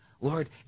Lord